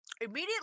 Immediately